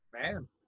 Man